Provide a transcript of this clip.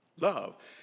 Love